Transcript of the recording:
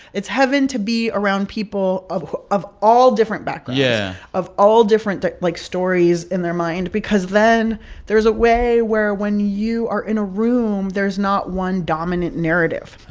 it's heaven to be around people of of all different backgrounds. yeah. of all different, like, stories in their mind because then there's a way where when you are in a room, there's not one dominant narrative i